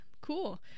cool